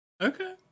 Okay